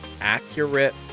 accurate